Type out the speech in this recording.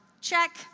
Check